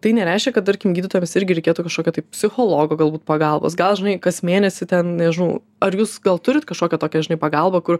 tai nereiškia kad tarkim gydytojams irgi reikėtų kažkokio tai psichologo galbūt pagalbos gal žinai kas mėnesį ten nežinau ar jūs gal turit kažkokią tokią pagalbą kur